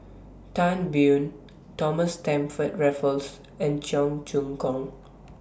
Tan Biyun Thomas Stamford Raffles and Cheong Choong Kong